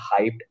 hyped